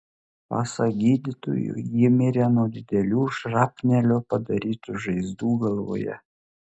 pasak gydytojų ji mirė nuo didelių šrapnelio padarytų žaizdų galvoje